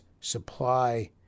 supply